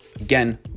again